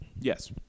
Yes